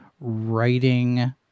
writing